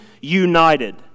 united